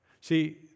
See